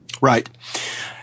Right